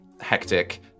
hectic